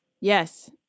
Yes